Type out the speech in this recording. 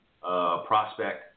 prospect